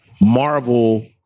Marvel